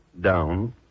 down